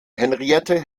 henriette